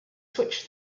switch